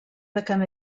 become